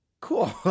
cool